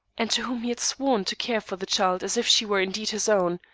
and to whom he had sworn to care for the child as if she were indeed his own,